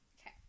okay